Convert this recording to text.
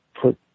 put